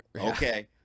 okay